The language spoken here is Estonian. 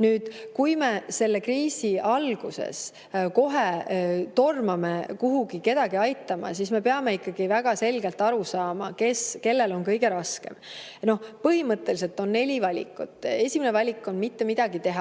Nüüd, kui me selle kriisi alguses kohe tormame kuhugi kedagi aitama, siis me peame ikkagi väga selgelt aru saama, kellel on kõige raskem. Põhimõtteliselt on neli valikut. Esimene valik on üldse mitte midagi teha.